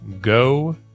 go